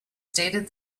stated